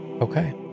okay